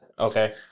Okay